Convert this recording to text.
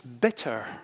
bitter